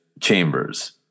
chambers